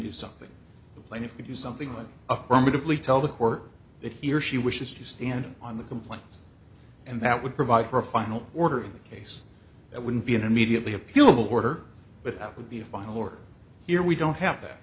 do something like if you do something like affirmatively tell the court that he or she wishes to stand on the complaint and that would provide for a final order case that wouldn't be an immediately appealable order but that would be a final word here we don't have that